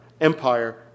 empire